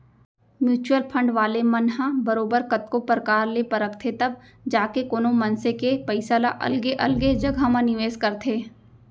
mutual fund वाले मन ह बरोबर कतको परकार ले परखथें तब जाके कोनो मनसे के पइसा ल अलगे अलगे जघा म निवेस करथे